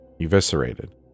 eviscerated